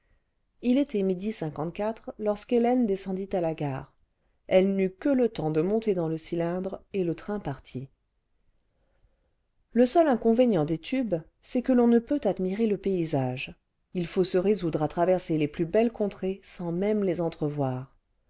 il était midi lorsqu'hélène descendit à la gare elle n'eut que le temps de monter dans le cylindre et le train partit le seul inconvénient dès tubes c'est que lon nepeut admirer le paysage il faut se résoudre à traverser les plus belles contrées sans même les